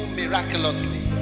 miraculously